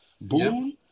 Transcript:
Boom –